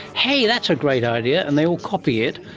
hey, that's a great idea, and they all copy it,